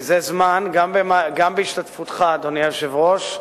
מזה זמן, גם בהשתתפותך, אדוני היושב-ראש,